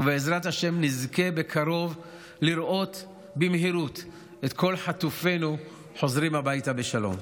ובעזרת השם נזכה בקרוב לראות במהירות את כל חטופינו חוזרים הביתה בשלום.